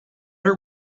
are